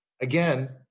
Again